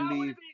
leave